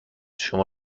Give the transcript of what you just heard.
شما